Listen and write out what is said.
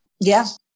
Yes